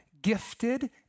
gifted